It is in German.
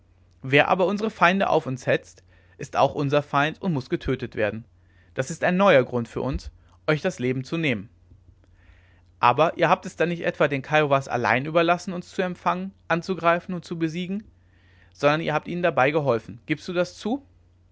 wer aber unsere feinde auf uns hetzt ist auch unser feind und muß getötet werden das ist ein neuer grund für uns euch das leben zu nehmen aber ihr habt es dann nicht etwa den kiowas allein überlassen uns zu empfangen anzugreifen und zu besiegen sondern ihr habt ihnen dabei geholfen giebst du das zu